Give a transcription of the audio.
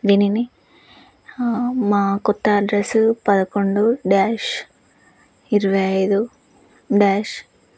దీనిని మా కొత్త అడ్రెస్సు పదకొండు డ్యాష్ ఇరవై ఐదు డ్యాష్